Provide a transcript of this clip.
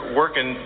working